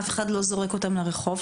אף אחד לא זורק אותם לרחוב,